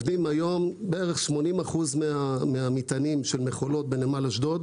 בערך 80% מהמטענים של מכולות בנמל אשדוד